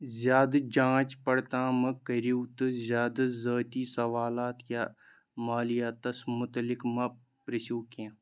زِیادٕ جانٛچ پڑتام مٔہ کٔرِو تہٕ زِیٛادٕ ذٲتی سوالات یا مٲلِیاتَس مُتعلِق مٔہ پرٛژھِو کیٚنٛہہ